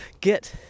get